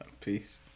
Peace